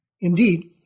Indeed